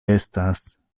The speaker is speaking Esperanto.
estas